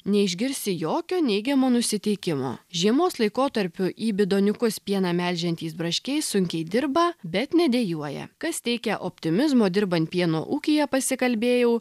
neišgirsi jokio neigiamo nusiteikimo žiemos laikotarpiu į bidoniukus pieną melžiantys braškiai sunkiai dirba bet nedejuoja kas teikia optimizmo dirbant pieno ūkyje pasikalbėjau